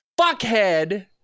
fuckhead